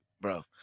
bro